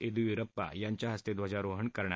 येदीयुरप्पा यांच्याहस्ते ध्वजारोहण करण्यात आलं